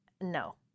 No